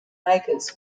makers